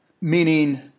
Meaning